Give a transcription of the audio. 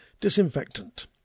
Disinfectant